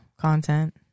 content